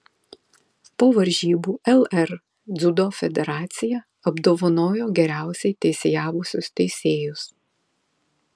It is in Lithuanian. po varžybų lr dziudo federacija apdovanojo geriausiai teisėjavusius teisėjus